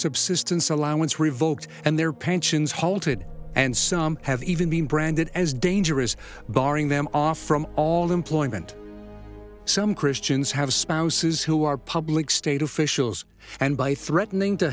subsistence allowance revoked and their pensions halted and some have even been branded as dangerous barring them off from all employment some christians have spouses who are public state officials and by threatening to